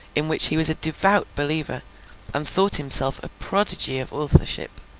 in which he was a devout believer and thought himself a prodigy of authorship.